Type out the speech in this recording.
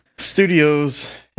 studios